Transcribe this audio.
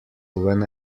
when